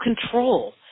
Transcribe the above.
control